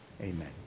amen